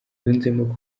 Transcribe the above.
yunzemo